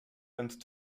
and